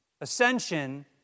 ascension